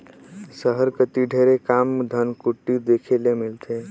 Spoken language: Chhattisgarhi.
सहर कती ढेरे कम धनकुट्टी देखे ले मिलथे